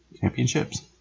championships